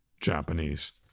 Japanese